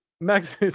Max